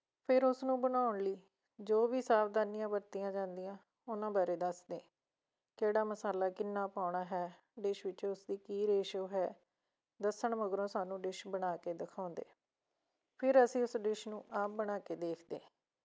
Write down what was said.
ਫਿਰ ਉਸਨੂੰ ਬਣਾਉਣ ਲਈ ਜੋ ਵੀ ਸਾਵਧਾਨੀਆਂ ਵਰਤੀਆਂ ਜਾਂਦੀਆਂ ਉਹਨਾਂ ਬਾਰੇ ਦੱਸਦੇ ਕਿਹੜਾ ਮਸਾਲਾ ਕਿੰਨਾਂ ਪਾਉਣਾ ਹੈ ਡਿਸ਼ ਵਿੱਚ ਉਸਦੀ ਕੀ ਰੇਸ਼ੋ ਹੈ ਦੱਸਣ ਮਗਰੋਂ ਸਾਨੂੰ ਡਿਸ਼ ਬਣਾ ਕੇ ਦਿਖਾਉਂਦੇ ਫਿਰ ਅਸੀਂ ਉਸ ਡਿਸ਼ ਨੂੰ ਆਪ ਬਣਾ ਕੇ ਦੇਖਦੇ